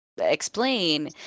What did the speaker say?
explain